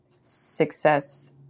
success